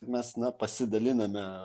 mes na pasidaliname